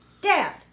Dad